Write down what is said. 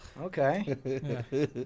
Okay